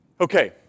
Okay